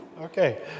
Okay